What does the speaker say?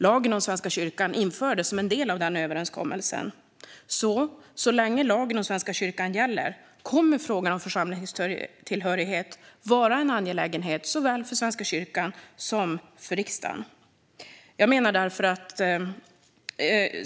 Lagen om Svenska kyrkan infördes som en del av denna överenskommelse. Så länge lagen om Svenska kyrkan gäller kommer frågan om församlingstillhörighet därför att vara en angelägenhet såväl för Svenska kyrkan som för riksdagen.